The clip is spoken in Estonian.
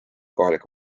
kohalik